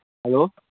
hello